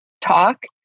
talk